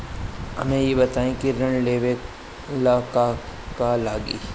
हमरा ई बताई की ऋण लेवे ला का का लागी?